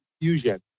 Fusion